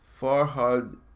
Farhad